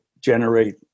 generate